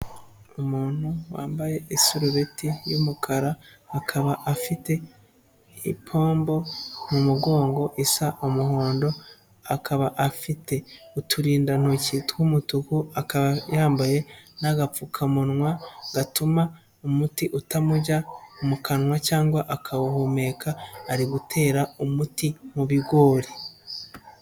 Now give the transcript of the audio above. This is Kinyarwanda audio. Umuntu wambaye isurureti y'umukara akaba afite ipombo mu mugongo isa umuhondo, akaba afite uturindantoki tw'umutuku, akaba yambaye n'agapfukamunwa gatuma umuti utamujya mu kanwa cyangwa akawuhumeka, ari gutera umuti mu bigori.